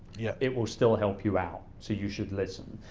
yeah it will still help you out so you should listen.